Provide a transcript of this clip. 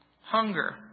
hunger